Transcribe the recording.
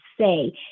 say